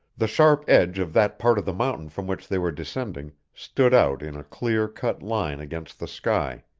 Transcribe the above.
the sharp edge of that part of the mountain from which they were descending stood out in a clear-cut line against the sky,